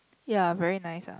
ya very nice ah